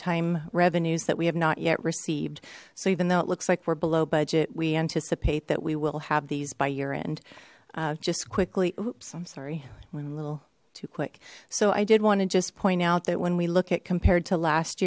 time revenues that we have not yet received so even though it looks like we're below budget we anticipate that we will have these by year end just quickly oops i'm sorry i went a little too quick so i did want to just point out that when we look at compared to last